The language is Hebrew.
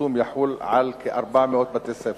והצמצום יחול על כ-400 בתי-ספר.